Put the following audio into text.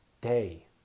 day